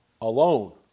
alone